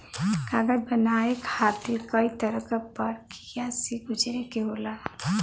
कागज बनाये खातिर कई तरह क परकिया से गुजरे के होला